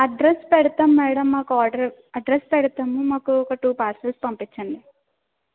address పెడతాం madam మాకు order address పెడతాము మాకు ఒక టూ పార్సల్స్ పంపిచ్చండి